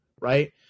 Right